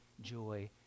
joy